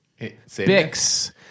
Bix